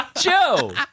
Joe